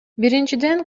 биринчиден